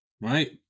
Right